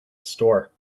store